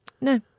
No